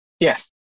Yes